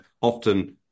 often